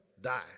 Die